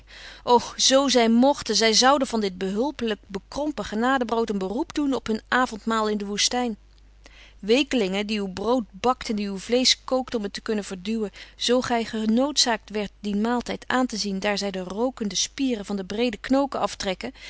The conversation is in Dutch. o zoo zij mochten zij zouden van dit behulpelijk bekrompen genadebrood een beroep doen op hun avondmaal in de woestijn weekelingen die uw brood bakt en die uw vleesch kookt om het te kunnen verduwen zoo gij genoodzaakt werdt dien maaltijd aan te zien daar zij de rookende spieren van de breede knoken aftrekken